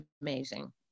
amazing